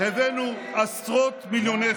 רק מזרחים הוצאת היום,